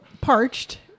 parched